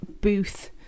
booth